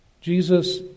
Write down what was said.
Jesus